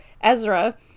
ezra